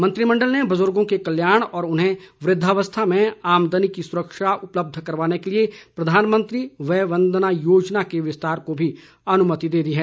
मंत्रिमंडल ने बुजुर्गों के कल्याण और उन्हें वृद्धावस्था में आमदनी की सुरक्षा उपलब्ध कराने के लिए प्रधानमंत्री वय वंदना योजना के विस्तार को भी अनुमति दे दी है